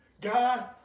God